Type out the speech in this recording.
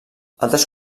altres